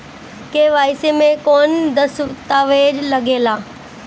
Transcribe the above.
KYC मे कौन दश्तावेज लागेला?